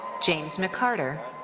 james mccarter.